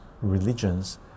religions